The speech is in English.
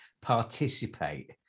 participate